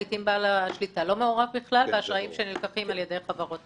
לעיתים בעל השליטה לא מעורב בכלל באשראים שנלקחים על ידי חברות.